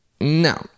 no